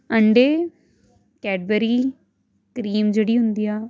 ਅੰਡੇ Cadbury cream ਜਿਹੜੀ ਹੁੰਦੀ ਆ